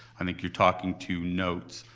i think you're talking to notes,